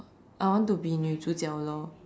I want to be Nu-Zhu-Jiao lor